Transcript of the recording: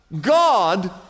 God